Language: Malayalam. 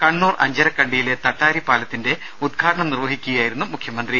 കണ്ണൂർ അഞ്ചരക്കണ്ടിയിലെ തട്ടാരി പാലത്തിന്റെ ഉദ്ഘാടനം നിർവഹിച്ച് സംസാരിക്കുകയായിരുന്നു മുഖ്യമന്ത്രി